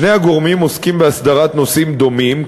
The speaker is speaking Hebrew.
שני הגורמים עוסקים באסדרת נושאים דומים,